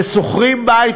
ושוכרים בית,